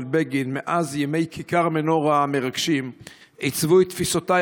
בגין מאז ימי כיכר מנורה המרגשים עיצבו את תפיסותיי